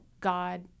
God